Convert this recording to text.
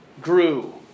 grew